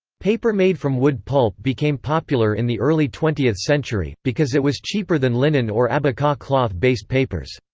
paper made from wood pulp became popular in the early twentieth century, because it was cheaper than linen or abaca cloth-based papers.